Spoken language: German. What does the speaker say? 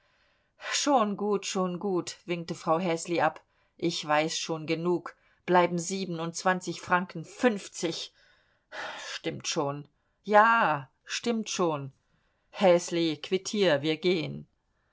schon gut schon gut winkte frau häsli ab ich weiß schon genug bleiben siebenundzwanzig franken fünfzig stimmt schon ja stimmt schon häsli quittier wir gehen